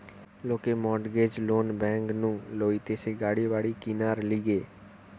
লোকে mortgage loan bank নু লইতেছে গাড়ি বাড়ি কিনার লিগে